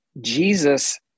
Jesus